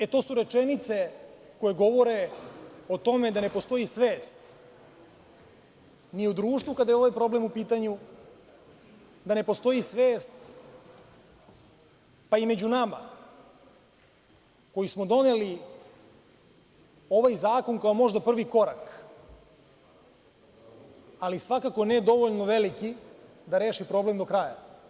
E, to su rečenice koje govore o tome da ne postoji svest ni u društvu kada je ovaj problem u pitanju, da ne postoji svest pa i među nama koji smo doneli ovaj zakon kao možda prvi korak, ali svakako ne dovoljno veliki da reši problem do kraja.